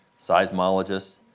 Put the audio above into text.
seismologists